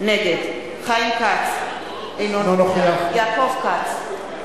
נגד חיים כץ, אינו נוכח יעקב כץ,